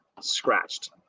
scratched